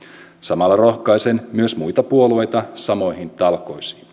samalla rohkaisen myös muita puolueita samoihin talkoisiin